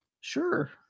Sure